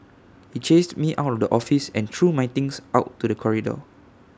he chased me out of the office and threw my things out to the corridor